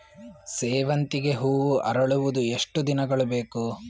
ಸೇವಂತಿಗೆ ಹೂವು ಅರಳುವುದು ಎಷ್ಟು ದಿನಗಳು ಬೇಕು?